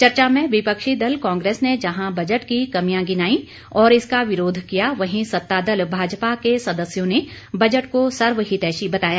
चर्चा में विपक्षी दल कांग्रेस ने जहां बजट की कमियां गिनाई और इसका विरोध किया वहीं सत्ता दल भाजपा के सदस्यों ने बजट को सर्वहितैषी बताया